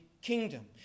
kingdom